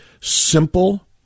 simple